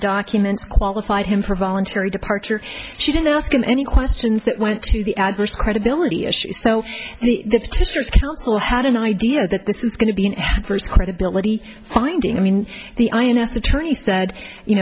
documents qualify him for voluntary departure she didn't ask him any questions that went to the adverse credibility issue so the district council had an idea that this was going to be an adverse credibility finding i mean the ins attorney said you